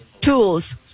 tools